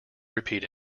repeat